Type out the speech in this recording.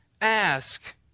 ask